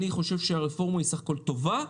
אני חושב שבסך הכול היא טובה,